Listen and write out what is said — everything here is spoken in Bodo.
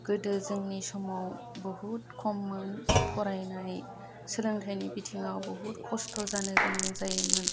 गोदो जोंनि समाव बहुद खममोन फरायनाय सोलोंथाइनि बिथिङाव बहुद खस्थ' जानोगोनां जायोमोन